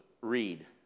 read